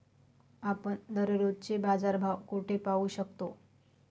आपण दररोजचे बाजारभाव कोठे पाहू शकतो?